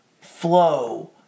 flow